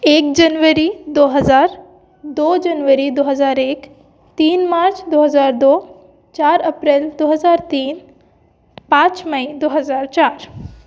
एक जनवरी दो हज़ार दो जनवरी दो हज़ार एक तीन मार्च दो हज़ार दो चार अप्रैल दो हज़ार तीन पाँच मई दो हज़ार चार